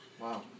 Wow